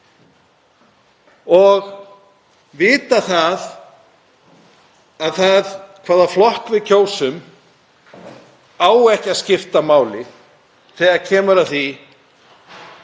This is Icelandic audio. og vita að það hvaða flokk við kjósum á ekki að skipta máli þegar kemur að því